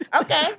Okay